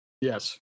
Yes